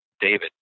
David